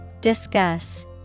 Discuss